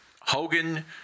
Hogan